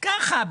ככה,